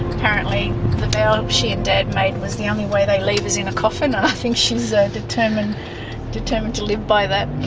apparently the vow um she and dad made was the only way they leave is in a coffin and i think she's ah determined determined to live by that.